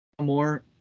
more